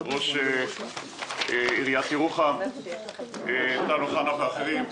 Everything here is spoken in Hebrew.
ראש עיריית ירוחם טל אוחנה ואחרים.